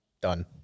done